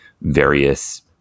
various